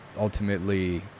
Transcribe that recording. ultimately